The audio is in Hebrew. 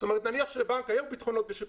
זאת אומרת נניח שלבנק היו בטחונות בשיקול